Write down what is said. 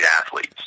athletes